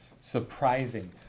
surprising